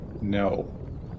no